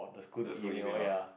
the school email ah